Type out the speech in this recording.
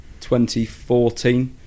2014